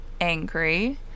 angry